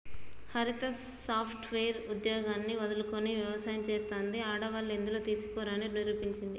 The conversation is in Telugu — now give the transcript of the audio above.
హరిత సాఫ్ట్ వేర్ ఉద్యోగాన్ని వదులుకొని వ్యవసాయం చెస్తాంది, ఆడవాళ్లు ఎందులో తీసిపోరు అని నిరూపించింది